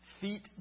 feet